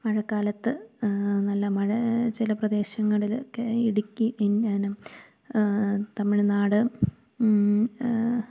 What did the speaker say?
മഴക്കാലത്ത് നല്ല മഴ ചില പ്രദേശങ്ങളിലൊക്കെ ഇടുക്കി തമിഴ്നാട്